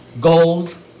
Goals